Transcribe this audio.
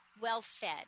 well-fed